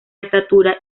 estatura